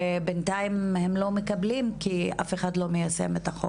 ובינתיים הן לא מתקבלות כי אף אחד לא מיישם את החוק.